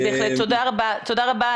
תודה רבה.